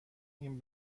این